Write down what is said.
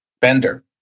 Bender